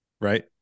right